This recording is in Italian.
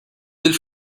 del